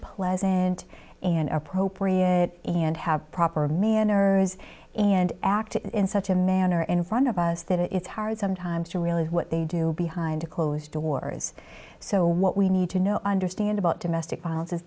pleasant and are pro and have proper manners and act in such a manner in front of us that it's hard sometimes to realize what they do behind closed doors so what we need to know understand about domestic violence is